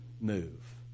move